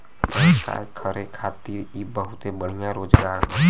व्यवसाय करे खातिर इ बहुते बढ़िया रोजगार हौ